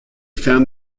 found